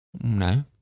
no